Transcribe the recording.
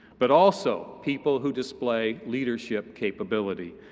but also people who display leadership capability.